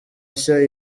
nshya